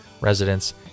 residents